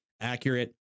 Accurate